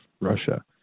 Russia